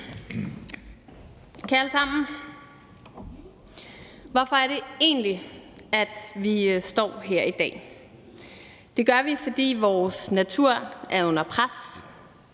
Kære alle sammen. Hvorfor er det egentlig, at vi står her i dag? Det gør vi, fordi vores natur er under pres.